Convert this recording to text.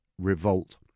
revolt